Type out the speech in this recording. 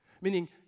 meaning